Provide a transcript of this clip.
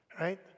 Right